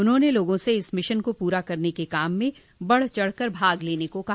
उन्होंने लोगों से इस मिशन को पूरा करने के काम में बढ़ चढ़ कर भाग लेने को कहा